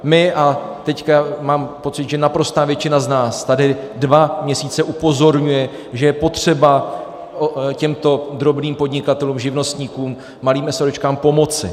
My a teď mám pocit, že naprostá většina z nás tady dva měsíce upozorňujeme, že je potřeba těmto drobným podnikatelům, živnostníkům, malým eseróčkům pomoci.